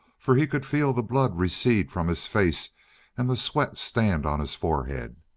for he could feel the blood recede from his face and the sweat stand on his forehead.